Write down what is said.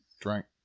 drink